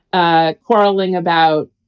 ah quarreling about,